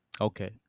Okay